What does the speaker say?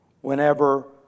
Whenever